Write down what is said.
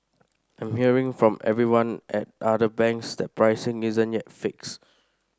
I'm hearing from everyone at other banks that pricing isn't yet fixed